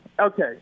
okay